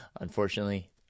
unfortunately